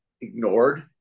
ignored